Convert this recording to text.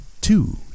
Two